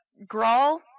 Grawl